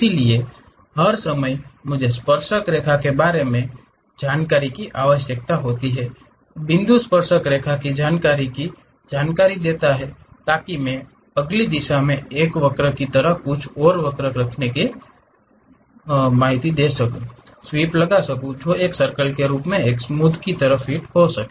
इसलिए हर समय मुझे स्पर्शक रेखा के बारे में जानकारी की आवश्यकता होती है बिंदु स्पर्शक रेखा की जानकारी की जानकारी देता है ताकि मैं अगली दिशा में एक वक्र की तरह कुछ का प्रतिनिधित्व करने के लिए स्वीप लगा सकूं जो एक सर्कल के रूप में एक स्मूध तरीके से फिट हो सके